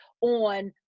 on